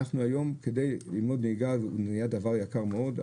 אנחנו היום כדי ללמוד נהיגה נהיה דבר יקר מאוד,